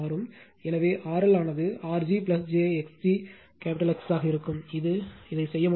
எனவே RL ஆனது R g j x g X ஆக இருக்கும் இது இதை செய்ய முடியும்